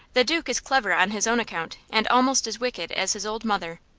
the duke is clever on his own account, and almost as wicked as his old mother.